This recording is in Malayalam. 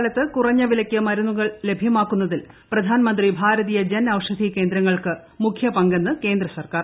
കോവിഡ് മഹാമാരിക്കാലത്ത് കുറഞ്ഞ വിലയ്ക്ക് മരുന്നുകൾ ലഭ്യമാക്കുന്നതിൽ പ്രധാൻമന്ത്രി ഭാരതീയ ജൻ ഔഷധി കേന്ദ്രങ്ങൾക്ക് മുഖൃ പങ്കെന്ന് കേന്ദ്ര സർക്കാർ